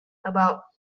about